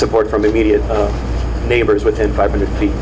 support from the immediate neighbors within five hundred feet